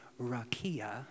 rakia